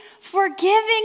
forgiving